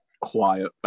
quiet